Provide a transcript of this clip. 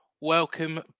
Welcome